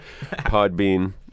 Podbean